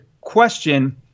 question